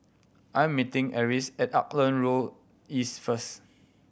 I am meeting Arlis at Auckland Road East first